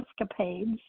escapades